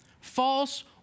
False